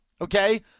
okay